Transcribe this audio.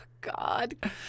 God